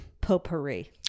potpourri